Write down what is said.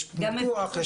יש מיקוח,